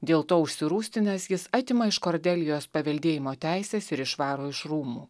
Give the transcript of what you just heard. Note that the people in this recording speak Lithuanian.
dėl to užsirūstinęs jis atima iš kordelijos paveldėjimo teises ir išvaro iš rūmų